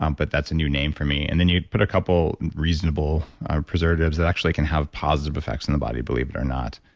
um but that's a new name for me. and then you put a couple reasonable preservatives that actually can have positive effects on the body, believe it or not.